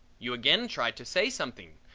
you again try to say something,